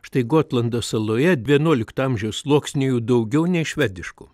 štai gotlando saloje vienuolikto amžiaus sluoksnių jų daugiau nei švediškų